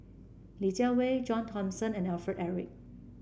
Li Jiawei John Thomson and Alfred Eric